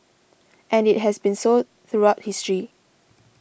and it has been so throughout history